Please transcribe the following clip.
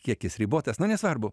kiekis ribotas na nesvarbu